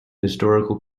historical